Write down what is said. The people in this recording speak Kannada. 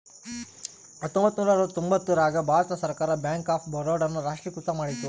ಹತ್ತೊಂಬತ್ತ ನೂರ ಅರವತ್ತರ್ತೊಂಬತ್ತ್ ರಾಗ ಭಾರತ ಸರ್ಕಾರ ಬ್ಯಾಂಕ್ ಆಫ್ ಬರೋಡ ನ ರಾಷ್ಟ್ರೀಕೃತ ಮಾಡಿತು